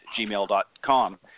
gmail.com